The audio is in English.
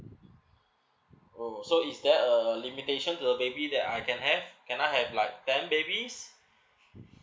oh so is there a limitation to the baby that I can have can I have like ten babies